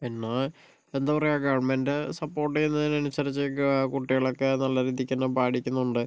എന്നാൽ എന്താ പറയുക ഗവൺമെൻ്റ് സപ്പോർട്ട് ചെയ്യുന്നതിനനുസരിച്ച് കുട്ടികളൊക്കെ നല്ല രീതിക്ക് തന്നെ പഠിക്കുന്നുണ്ട്